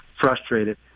frustrated